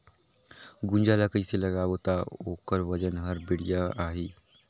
गुनजा ला कइसे लगाबो ता ओकर वजन हर बेडिया आही?